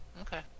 Okay